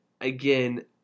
again